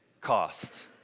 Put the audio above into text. cost